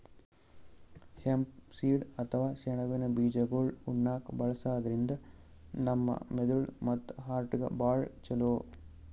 hemp seed ಅಥವಾ ಸೆಣಬಿನ್ ಬೀಜಾಗೋಳ್ ಉಣ್ಣಾಕ್ಕ್ ಬಳಸದ್ರಿನ್ದ ನಮ್ ಮೆದಳ್ ಮತ್ತ್ ಹಾರ್ಟ್ಗಾ ಭಾಳ್ ಛಲೋ